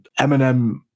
Eminem